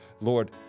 Lord